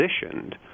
positioned